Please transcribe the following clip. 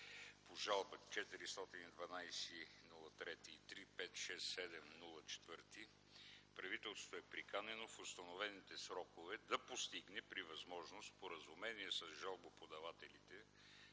по жалба 412/03 и 3567/04 правителството е приканено в установените срокове да постигне при възможност споразумение с жалбоподателите